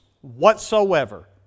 whatsoever